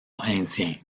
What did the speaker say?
indien